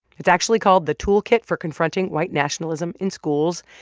it's actually called the toolkit for confronting white nationalism in schools.